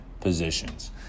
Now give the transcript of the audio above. positions